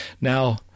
Now